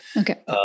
Okay